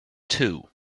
two